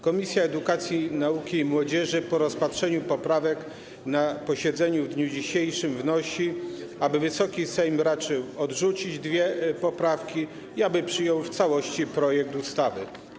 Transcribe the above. Komisja Edukacji, Nauki i Młodzieży po rozpatrzeniu poprawek na posiedzeniu w dniu dzisiejszym wnosi, aby Wysoki Sejm raczył odrzucić dwie poprawki i aby przyjął w całości projekt ustawy.